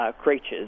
creatures